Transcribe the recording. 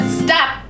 stop